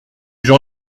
gens